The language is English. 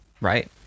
right